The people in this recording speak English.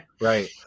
Right